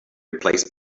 replaced